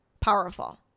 powerful